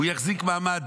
הוא יחזיק מעמד